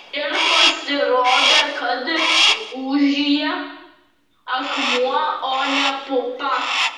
ir pasirodė kad gūžyje akmuo o ne pupa